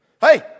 Hey